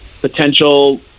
potential